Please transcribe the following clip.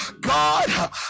God